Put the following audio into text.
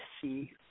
see